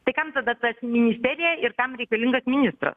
tai kam tada tas ministerija ir kam reikalingas ministras